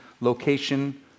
location